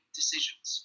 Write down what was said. decisions